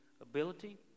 ability